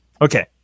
Okay